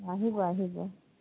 আহিব আহিব